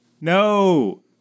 No